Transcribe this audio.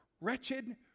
Wretched